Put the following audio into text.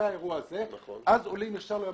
זה מגיע ליועמ"ש,